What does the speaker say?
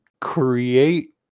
create